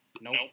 Nope